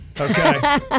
Okay